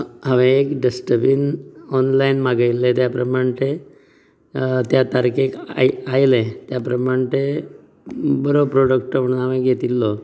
हांवे एक dustbin online मागयल्ले त्या प्रमाण तें त्या तारखेक आय आयलें त्या प्रमाण तें बरो प्रोडक्ट म्हणून हांवेन घेतिल्लो